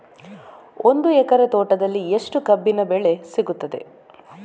ಒಂದು ಎಕರೆ ತೋಟದಲ್ಲಿ ಎಷ್ಟು ಕಬ್ಬಿನ ಬೆಳೆ ಸಿಗುತ್ತದೆ?